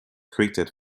created